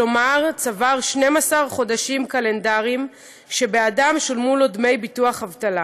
כלומר צבר 12 חודשים קלנדריים שבעדם שולמו לו דמי ביטוח אבטלה,